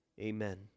Amen